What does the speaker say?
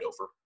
over